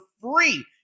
free